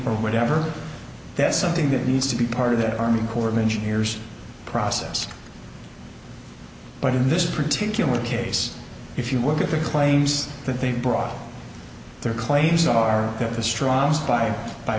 or whatever that is something that needs to be part of the army corps of engineers process but in this particular case if you will get the claims that they brought their claims are